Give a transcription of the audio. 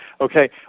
okay